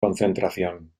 concentración